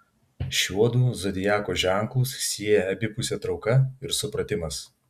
šiuodu zodiako ženklus sieja abipusė trauka ir supratimas